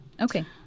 okay